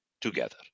together